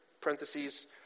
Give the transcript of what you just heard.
parentheses